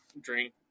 drink